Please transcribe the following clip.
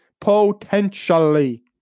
potentially